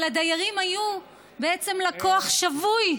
אבל הדיירים היו בעצם לקוח שבוי,